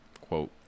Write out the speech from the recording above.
Quote